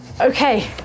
Okay